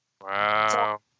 wow